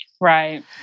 Right